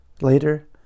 later